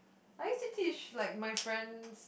I used to teach like my friends